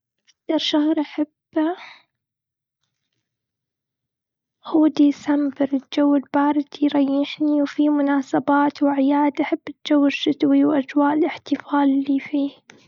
أكتر شهر أحبه هو ديسمبر. الجو البارد يريحني، وفي مناسبات وأعياد. أحب الجو الشتوي وأجواء الإحتفال اللي فيه.